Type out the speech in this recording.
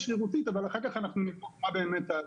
שרירותית אבל אחר כך נבין מה באמת ---.